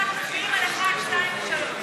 עמוד 81. ב-81 מצביעים על 1, 2 ו-3.